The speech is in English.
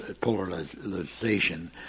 polarization